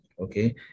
Okay